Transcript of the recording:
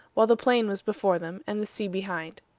while the plain was before them, and the sea behind.